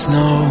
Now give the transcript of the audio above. no